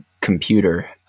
computer